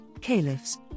caliphs